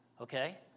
okay